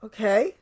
Okay